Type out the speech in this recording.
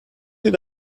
did